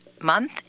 Month